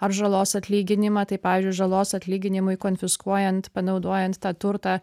ar žalos atlyginimą tai pavyzdžiui žalos atlyginimui konfiskuojant panaudojant tą turtą